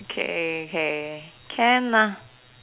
okay okay can lah